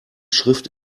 schrift